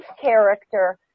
character